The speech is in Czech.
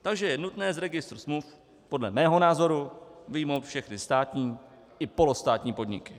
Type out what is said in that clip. Takže je nutné z registru smluv podle mého názoru vyjmout všechny státní i polostátní podniky.